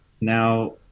Now